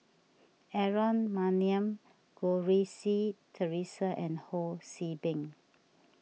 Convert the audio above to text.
Aaron Maniam Goh Rui Si theresa and Ho See Beng